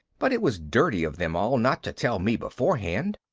but it was dirty of them all not to tell me beforehand.